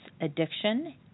addiction